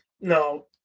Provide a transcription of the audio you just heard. No